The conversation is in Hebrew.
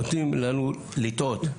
נותנים לנו לטעות,